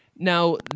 Now